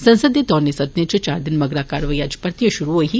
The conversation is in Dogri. संसद दे दौनें सदन च चार दिन मगरा कारवाई अज्ज परतियै शुरु होई ही